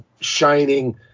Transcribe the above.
shining